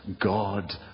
God